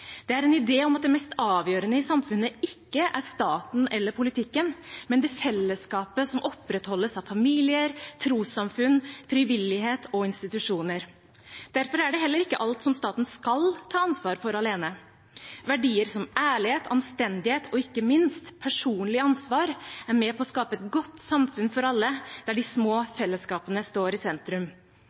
Det er en idé om at det mest avgjørende i samfunnet ikke er staten eller politikken, men det fellesskapet som opprettholdes av familier, trossamfunn, frivillighet og institusjoner. Derfor er det heller ikke alt staten skal ta ansvar for alene. Verdier som ærlighet, anstendighet og ikke minst personlig ansvar er med på å skape et godt samfunn for alle, der de små fellesskapene står i sentrum